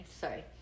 Sorry